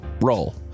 roll